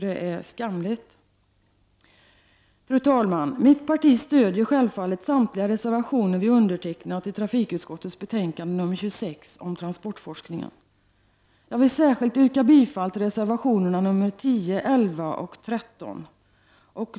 Det är skamligt! Fru talman! Mitt parti stöder självfallet samtliga reservationer som vi undertecknat i trafikutskottets betänkande nr 26 om transportforskningen. Jag vill särskilt yrka bifall till reservationerna 10, 11 och 13.